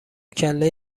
کله